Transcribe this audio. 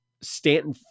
stanton